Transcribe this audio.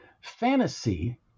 fantasy